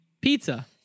pizza